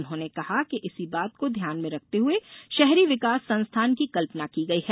उन्होंने कहा कि इसी बात को ध्यान में रखते हुए शहरी विकास संस्थान की कल्पना की गई है